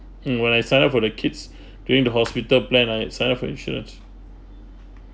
mm when I signed up for the kids during the hospital plan I signed up for insurance